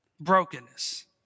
brokenness